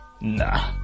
nah